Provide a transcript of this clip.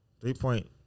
Three-point